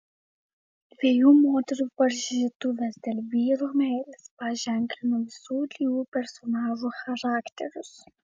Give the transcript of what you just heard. dviejų moterų varžytuvės dėl vyro meilės paženklina visų trijų personažų charakterius